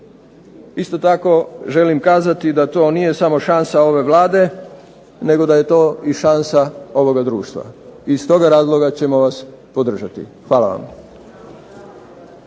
Isto tako, želim kazati da to nije samo šansa ove Vlade, nego da je to i šansa ovoga društva. I iz toga razloga ćemo vas podržati. Hvala vam.